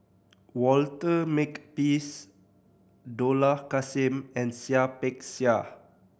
Walter Makepeace Dollah Kassim and Seah Peck Seah